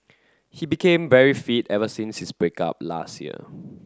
he became very fit ever since his break up last year